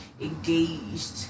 engaged